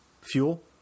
Fuel